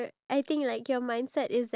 are you hungry